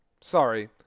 Sorry